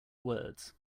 words